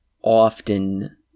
often